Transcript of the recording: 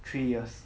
three years